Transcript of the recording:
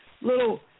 little